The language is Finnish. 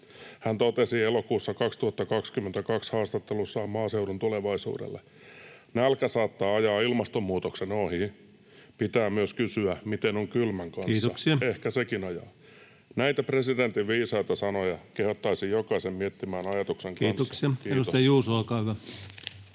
Hän totesi elokuussa 2022 haastattelussaan Maaseudun Tulevaisuudelle: ”Nälkä saattaa ajaa ilmastonmuutoksen ohi. Pitää myös kysyä, miten on kylmän kanssa. [Puhemies: Kiitoksia!] Ehkä sekin ajaa?” Näitä presidentin viisaita sanoja kehottaisin jokaista miettimään ajatuksen kanssa. — Kiitos. Kiitoksia. — Edustaja Juuso, olkaa hyvä.